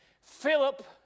Philip